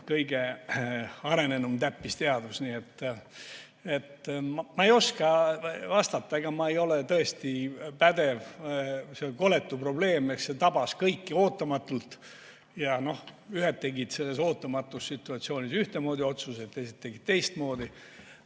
kõige arenenum täppisteadus. Ma ei oska vastata. Ma ei ole tõesti pädev, see on koletu probleem, mis tabas kõiki ootamatult. Ja ühed tegid selles ootamatus situatsioonis ühtemoodi otsused, teised tegid teistmoodi.